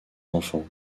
enfants